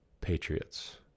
patriots